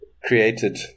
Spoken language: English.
created